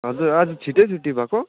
हजुर आज छिटै छुट्टी भएको